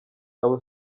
abo